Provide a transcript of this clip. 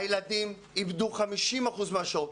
הילדים איבדו 50 אחוזים מהשעות,